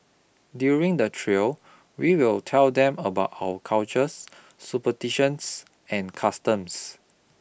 during the trail we will tell them about our cultures superstitions and customs